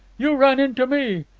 you ran into me.